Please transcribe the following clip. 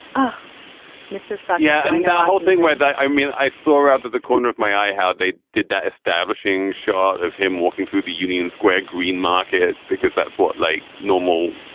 oh mr. fan yeah. i think that whole thing where they i mean i saw out of the corner of my eye how they did that establishing shot of him walking through the union square green market because that's what like normal.